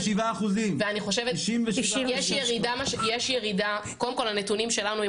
97%. קודם כל הנתונים שלנו,